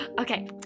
okay